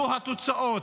זו התוצאה.